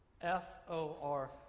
F-O-R